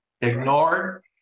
ignored